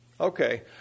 Okay